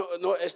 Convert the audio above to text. No